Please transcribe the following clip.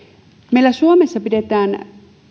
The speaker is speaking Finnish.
meillä suomessa pidetään